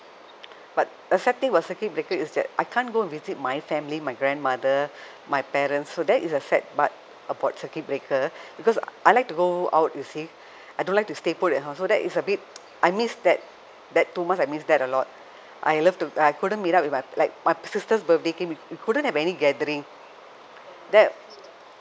but a sad thing about circuit breaker is that I can't go and visit my family my grandmother my parents so that is the sad part about circuit breaker because I like to go out you see I don't like to stay put at house so that is a bit I miss that that too much I miss that a lot I love to I couldn't meet up like my sister's birthday came we couldn't have any gathering that